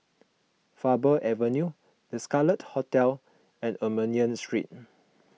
Faber Avenue the Scarlet Hotel and Armenian Street